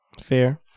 fair